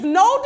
no